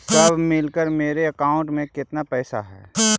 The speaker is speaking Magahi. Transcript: सब मिलकर मेरे अकाउंट में केतना पैसा है?